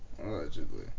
Allegedly